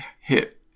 hit